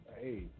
Hey